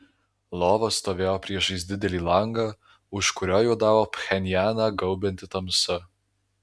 lova stovėjo priešais didelį langą už kurio juodavo pchenjaną gaubianti tamsa